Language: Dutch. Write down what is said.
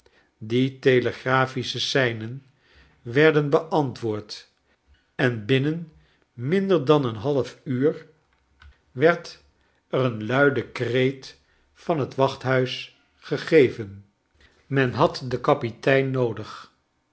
die telegrafische seinen werden beantwoord en binnen minder dan een half uur werd er een luiden kreet van uit het wachthuis gegeven men had den kapitein noodig